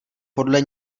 podle